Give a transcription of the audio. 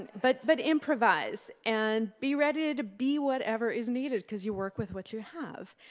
but but improvise and be ready to be whatever is needed because you work with what you have.